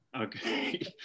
Okay